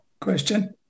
question